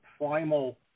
primal